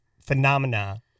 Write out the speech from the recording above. phenomena